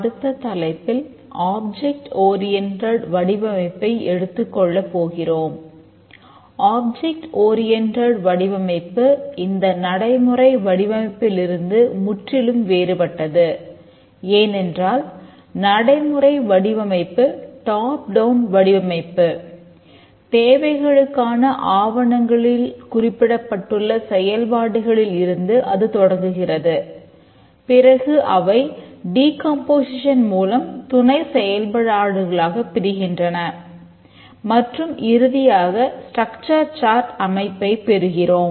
அடுத்த தலைப்பில் object oriented அமைப்பைப் பெறுகிறோம்